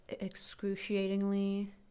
excruciatingly